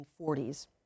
1940s